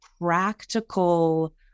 practical